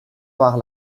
par